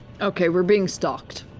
okay, we're being stalked.